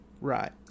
Right